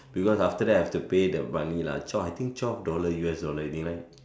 because after that I have to pay the money lah twelve I think twelve dollar U_S dollar is it right